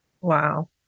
Wow